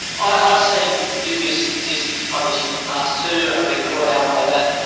ah i've seen dubious statistics published in the past, too, and i've been caught out by that.